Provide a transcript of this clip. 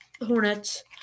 Hornets